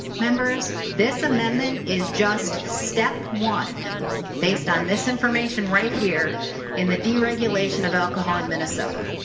members this amendment is just step one based on this information right here in the deregulation of alcohol in minnesota.